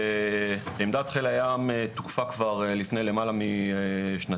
עמדת חיל הים תוקפה כבר לפני למעלה משנתיים.